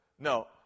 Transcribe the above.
no